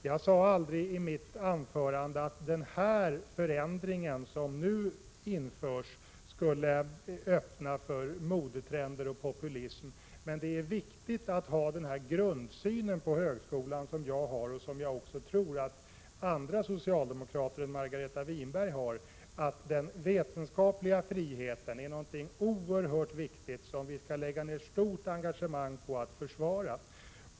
Jag sade aldrig i mitt anförande att den förändring som nu föreslås skulle öppna för modetrender och populism. Men det är viktigt att ha den grundsyn på högskolan.som jag har och som jag tror att en del andra socialdemokrater än Margareta Winberg har. Den vetenskapliga friheten är oerhört viktig, och den skall vi lägga ned ett stort engagemang på att försvara.